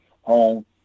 home